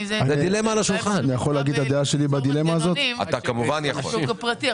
תייצרו מנגנונים לשוק הפרטי.